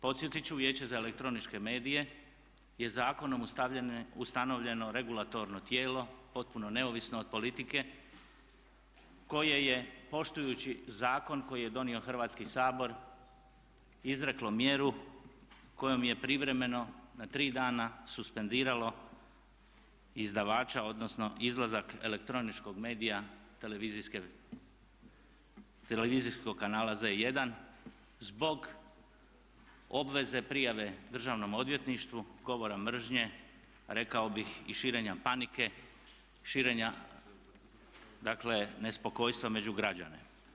Podsjetiti ću Vijeće za elektroničke medije je zakonom ustanovljeno regulatorno tijelo potpuno neovisno od politike koje je poštujući zakon koji je donio Hrvatski sabor izreklo mjeru kojom je privremeno na 3 dana suspendiralo izdavača, odnosno izlazak elektroničkog medija televizijskog kanala Z1 zbog obveze prijave Državnom odvjetništvu govora mržnje rekao bih i širenja panike, širenja dakle nespokojstva među građane.